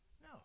No